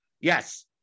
Yes